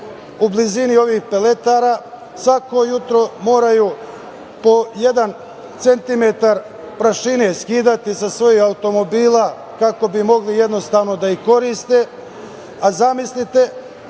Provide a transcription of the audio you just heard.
u blizini ovih peletara svako jutro moraju po jedan centimetar prašine skidati sa svojih automobila, kako bi mogli jednostavno da ih koriste, a zamislite